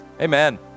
Amen